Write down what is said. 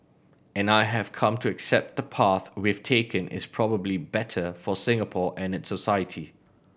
and I have come to accept the path we've taken is probably better for Singapore and its society